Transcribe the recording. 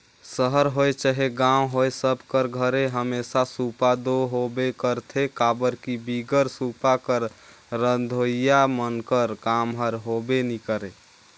सहर होए चहे गाँव होए सब कर घरे हमेसा सूपा दो होबे करथे काबर कि बिगर सूपा कर रधोइया मन कर काम हर होबे नी करे